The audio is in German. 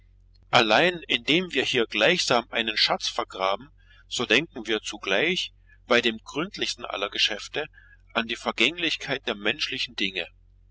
allein indem wir hier gleichsam einen schatz vergraben so denken wir zugleich bei dem gründlichsten aller geschäfte an die vergänglichkeit der menschlichen dinge